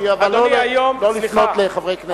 אבל לא לפנות לחברי כנסת.